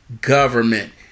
government